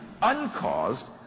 uncaused